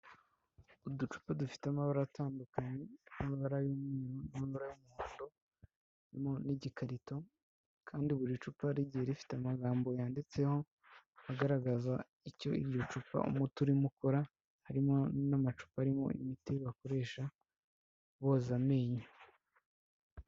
Uducupa dufite amabara atandukanye, amabara y'umweru, amabara y'umuhondo, harimo n'igikarito, kandi buri cupa rigiye rifite amagambo yanditseho agaragaza icyo iryo cupa umuti urimo ukora, harimo n'amacupa arimo imiti bakoresha boza amenyo.